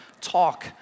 talk